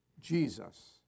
Jesus